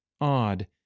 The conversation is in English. Odd